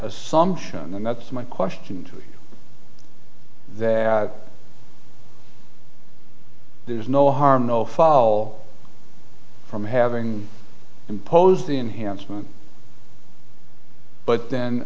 assumption and that's my question to you that there's no harm no foul from having imposed the enhancement but then